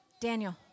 Daniel